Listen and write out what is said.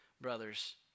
brothers